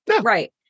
Right